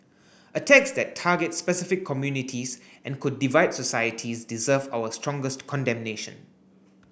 attacks that target specific communities and could divide societies deserve our strongest condemnation